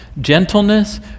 gentleness